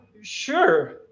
sure